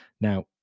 Now